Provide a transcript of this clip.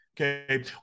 okay